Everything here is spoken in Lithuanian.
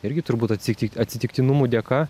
irgi turbūt atsit atsitiktinumų dėka